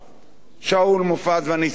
שאול מופז, ואני שמחתי,